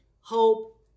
hope